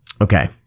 Okay